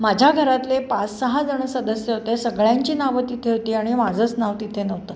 माझ्या घरातले पाच सहा जणं सदस्य होते सगळ्यांची नावं तिथे होती आणि माझंच नाव तिथे नव्हतं